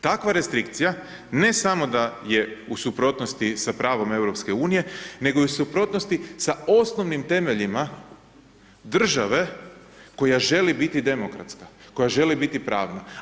Takva restrikcija ne samo da je u suprotnosti sa pravom EU nego je u suprotnosti sa osnovnim temeljima države koja želi biti demokratska, koja želi biti pravna.